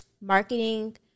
marketing